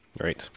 Right